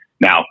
Now